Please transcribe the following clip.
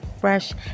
fresh